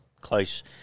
close